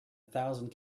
thousand